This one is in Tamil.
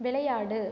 விளையாடு